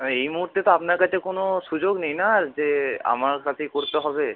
আর এই মুহূর্তে তো আপনার কাছে কোনো সুযোগ নেই না আর যে আমার কাছেই করতে হবে